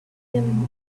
them